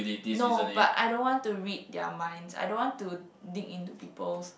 no but I don't want to read their minds I don't want to dig into people's